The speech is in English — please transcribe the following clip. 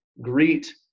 greet